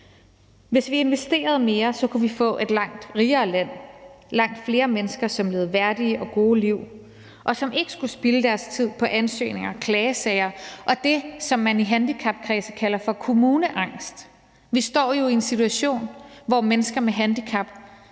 Hvis vi investerede mere, så kunne vi få et langt rigere land og langt flere mennesker, som levede værdige og gode liv, og som ikke skulle spilde deres tid på ansøgninger og klagesager, og det, som man i handicapkredse kalder for kommuneangst. Vi står jo i en situation, hvor mennesker med handicap,